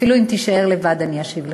אפילו אם תישאר לבד אני אשיב לך.